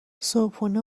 صبحونه